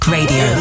Radio